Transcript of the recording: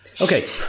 Okay